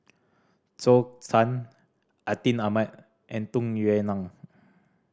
Zhou Can Atin Amat and Tung Yue Nang